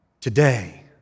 today